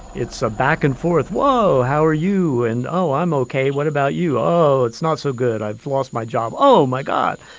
it's a back-and-forth, whoa, how are you? and, oh, i'm ok. what about you? oh, it's not so good. i've lost my job. oh, my god.